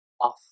off